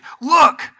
look